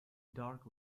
dark